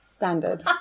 Standard